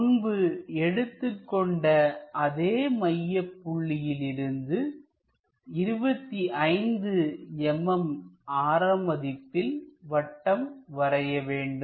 முன்பு எடுத்துக் கொண்ட அதே மையப் புள்ளியிலிருந்து 25 mm ஆரம் மதிப்பில் வட்டம் வரைய வேண்டும்